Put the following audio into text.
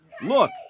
Look